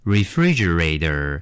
Refrigerator